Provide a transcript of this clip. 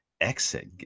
exit